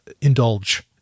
indulge